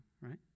right